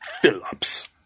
Phillips